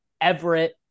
everett